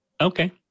Okay